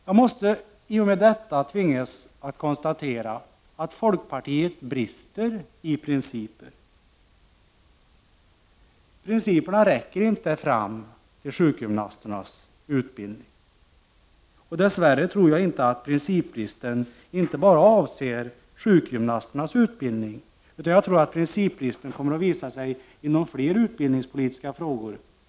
Jag tvingas i och med detta konstatera att folkpartiet brister i principer; principerna räcker inte fram till att omfatta sjukgymnasternas utbildning. Dess värre tror jag inte att principbristen gäller endast i frågan om sjukgymnasternas utbildning, utan jag tror att den inom den närmaste tiden kommer att visa sig när det gäller flera utbildningspolitiska frågor.